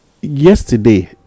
yesterday